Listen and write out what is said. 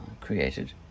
created